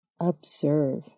observe